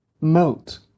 melt